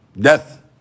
death